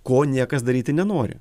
ko niekas daryti nenori